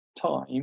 time